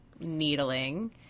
needling